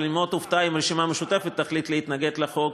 אבל אני מאוד אופתע אם הרשימה המשותפת תחליט להתנגד לחוק,